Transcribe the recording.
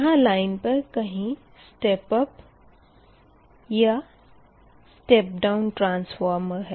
यहाँ लाइन पर कहीं स्टेप अप ट्रांसफॉर्मर या स्टेप डाउन ट्रांसफॉर्मर है